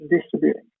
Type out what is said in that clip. distributing